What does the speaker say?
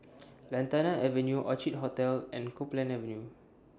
Lantana Avenue Orchid Hotel and Copeland Avenue